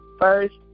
first